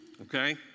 Okay